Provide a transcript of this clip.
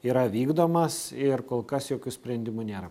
yra vykdomas ir kol kas jokių sprendimų nėra